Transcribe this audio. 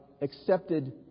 accepted